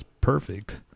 perfect